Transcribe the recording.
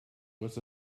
was